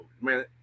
man